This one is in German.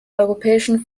europäischen